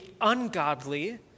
ungodly